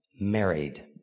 married